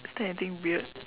is there anything weird